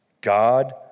God